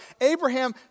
Abraham